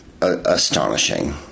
astonishing